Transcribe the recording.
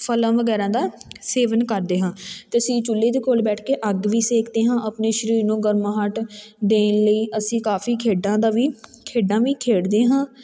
ਫਲਾਂ ਵਗੈਰਾ ਦਾ ਸੇਵਨ ਕਰਦੇ ਹਾਂ ਅਤੇ ਅਸੀਂ ਚੁੱਲ੍ਹੇ ਦੇ ਕੋਲ ਬੈਠ ਕੇ ਅੱਗ ਵੀ ਸੇਕਦੇ ਹਾਂ ਆਪਣੇ ਸਰੀਰ ਨੂੰ ਗਰਮਾਹਟ ਦੇਣ ਲਈ ਅਸੀਂ ਕਾਫੀ ਖੇਡਾਂ ਦਾ ਵੀ ਖੇਡਾਂ ਵੀ ਖੇਡਦੇ ਹਾਂ